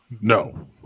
No